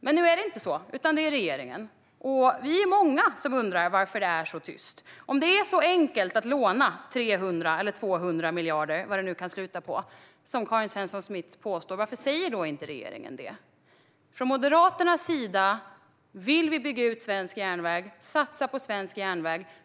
Men nu är det inte så, utan det är regeringen. Vi är många som undrar varför det är så tyst. Om det är så enkelt att låna 200 eller 300 miljarder eller vad det nu kan sluta på som Karin Svensson Smith påstår, varför säger då inte regeringen det? Från Moderaternas sida vill vi satsa på svensk järnväg och bygga ut svensk järnväg.